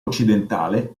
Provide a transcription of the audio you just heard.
occidentale